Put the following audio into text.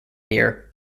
near